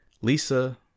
Lisa